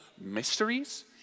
mysteries